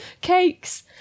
Cakes